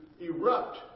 erupt